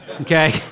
okay